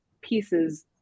pieces